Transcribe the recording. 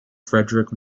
frederick